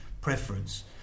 preference